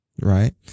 right